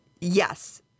yes